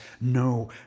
no